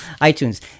iTunes